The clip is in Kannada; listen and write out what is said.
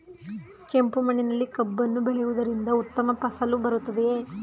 ಕೆಂಪು ಮಣ್ಣಿನಲ್ಲಿ ಕಬ್ಬನ್ನು ಬೆಳೆಯವುದರಿಂದ ಉತ್ತಮ ಫಸಲು ಬರುತ್ತದೆಯೇ?